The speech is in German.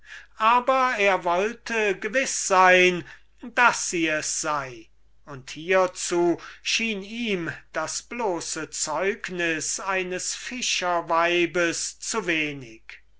aber er wollte gewiß sein daß sie es sei und hiezu schien ihm das bloße zeugnis eines fischer weibs zu wenig